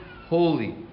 holy